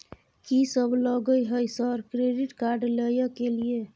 कि सब लगय हय सर क्रेडिट कार्ड लय के लिए?